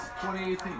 2018